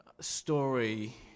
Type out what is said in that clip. Story